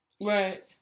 right